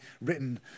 written